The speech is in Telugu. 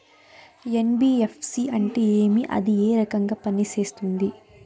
ఎన్.బి.ఎఫ్.సి అంటే ఏమి అది ఏ రకంగా పనిసేస్తుంది